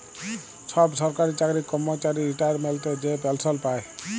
ছব সরকারি চাকরির কম্মচারি রিটায়ারমেল্টে যে পেলসল পায়